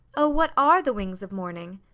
oh, what are the wings of morning?